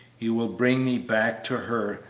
you will bring me back to her,